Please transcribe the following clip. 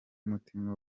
umutima